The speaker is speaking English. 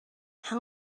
how